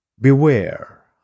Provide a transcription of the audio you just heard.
Beware